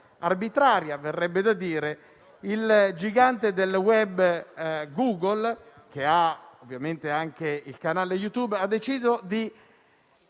arbitraria - verrebbe da dire - il gigante del *web* Google, che ha ovviamente anche il canale YouTube, ha deciso di